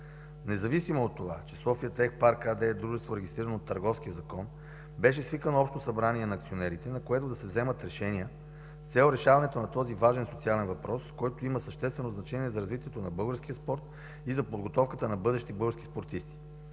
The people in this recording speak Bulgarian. Независимо от това, че „София тех парк” АД е дружество, регистрирано по Търговския закон, беше свикано Общо събрание на акционерите, на което да се вземат решения за решаването на този важен социален въпрос, който има съществено значение за развитието на българския спорт и за подготовката на бъдещи български спортисти.